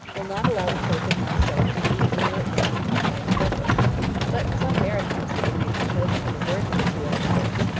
will not allow the pope and myself to meet either at rome or constantinople but some maritime city may be chosen on the verge of the two empires,